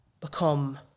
become